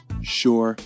Sure